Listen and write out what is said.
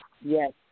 Yes